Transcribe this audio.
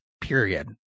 period